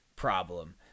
problem